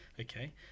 Okay